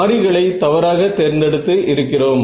மாறிகளை தவறாக தேர்ந்தெடுத்து இருக்கிறோம்